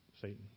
Satan